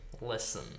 listen